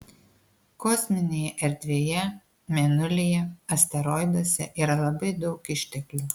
kosminėje erdvėje mėnulyje asteroiduose yra labai daug išteklių